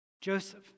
Joseph